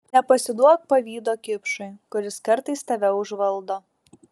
nepasiduok pavydo kipšui kuris kartais tave užvaldo